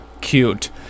Cute